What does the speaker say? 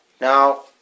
Now